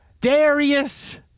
Darius